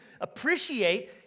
appreciate